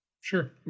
Sure